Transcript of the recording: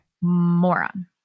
Moron